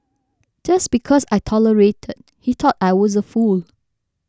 just because I tolerated he thought I was a fool